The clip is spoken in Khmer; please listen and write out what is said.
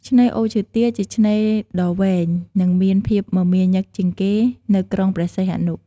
ឆ្នេរអូឈើទាល ជាឆ្នេរដ៏វែង និងមានភាពមមាញឹកជាងគេនៅក្រុងព្រះសីហនុ។